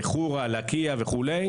ח'ורה, לקיה וכו'.